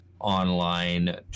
online